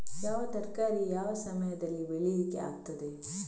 ಯಾವ ತರಕಾರಿ ಯಾವ ಸಮಯದಲ್ಲಿ ಬೆಳಿಲಿಕ್ಕೆ ಆಗ್ತದೆ?